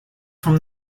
from